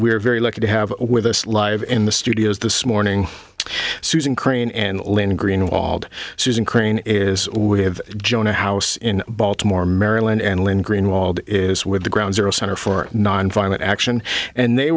are very lucky to have with us live in the studios this morning susan crane and linda greenwald susan crane is we have joined a house in baltimore maryland and lynn greenwald is with the ground zero center for nonviolent action and they